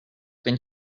been